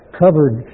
covered